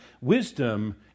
Wisdom